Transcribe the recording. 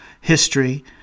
history